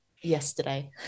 yesterday